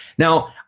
Now